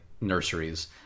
nurseries